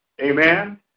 Amen